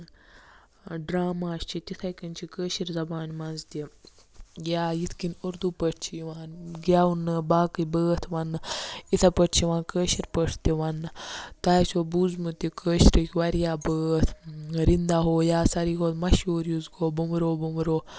drama چھِ تِتھٕے کٔنۍ چھِ کٲشِر زَبٲنۍ منٛز تہِ یا یِتھ کٔنۍ اردوٗ پٲٹھۍ چھُ یِوان گیونہٕ یا باقٕے بٲتھ وَننہٕ یِتھٕے پٲٹھۍ چھُ کٲشِر پٲٹھۍ تہِ یِوان وَننہٕ تۄہہِ ہے چھِو بوٗزمُت یہِ کٲشرِکۍ واریاہ بٲتھ رِندا ہو یا ساروی کھۄتہٕ مَشہوٗر یُس گوٚو بومبرو بومبرو